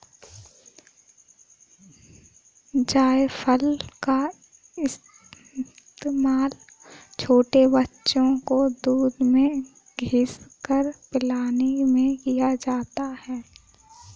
जायफल का इस्तेमाल छोटे बच्चों को दूध में घिस कर पिलाने में किया जाता है